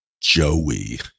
Joey